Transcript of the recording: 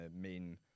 main